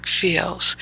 feels